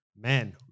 man